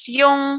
yung